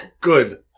Good